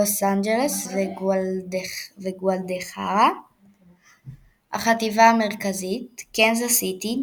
לוס אנג'לס וגוודלחרה החטיבה המרכזית קנזס סיטי,